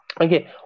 okay